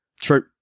true